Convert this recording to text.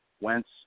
Wentz